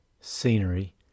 scenery